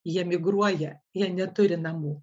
jie migruoja jie neturi namų